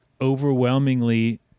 overwhelmingly